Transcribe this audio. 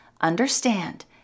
understand